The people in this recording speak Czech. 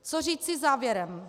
Co říci závěrem.